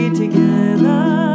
together